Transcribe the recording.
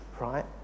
right